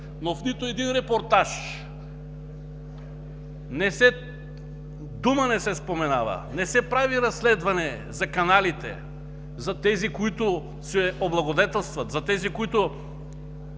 но в нито един репортаж дума не се споменава, не се прави разследване за каналите, за тези, които се облагодетелстват, за тези, които